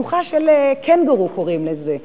בתנוחה של קנגורו, קוראים לזה.